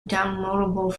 downloadable